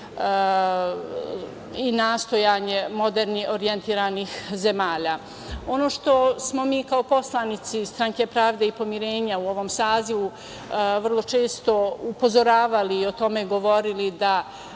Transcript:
i nastojanje moderno orijentisanih zemalja. Ono što smo mi kao poslanici Stranke pravde i pomirenja u ovom sazivu vrlo često upozoravali i o tome govorili,